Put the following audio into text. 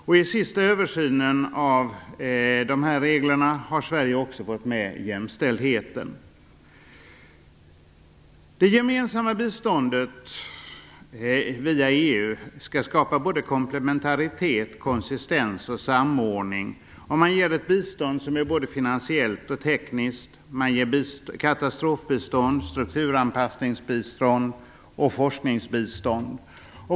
I den senaste översynen av de här reglerna har Sverige också fått med jämställdheten. Det gemensamma biståndet via EU skall skapa både komplementaritet, konsistens och samordning. Man ger ett bistånd som är både finansiellt och tekniskt, man ger katastrofbistånd, strukturanpassningsbistånd och forskningsbistånd.